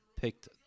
picked